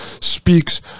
speaks